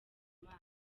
imana